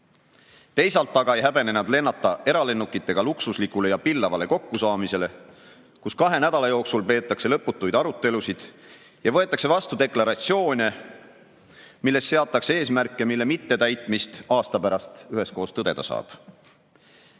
Teisalt aga ei häbene nad lennata eralennukitega luksuslikule ja pillavale kokkusaamisele, kus kahe nädala jooksul peetakse lõputuid arutelusid ja võetakse vastu deklaratsioone, milles seatakse eesmärke, mille mittetäitmist aasta pärast üheskoos tõdeda saab.